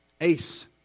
Ace